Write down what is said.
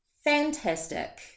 Fantastic